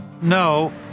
No